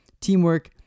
teamwork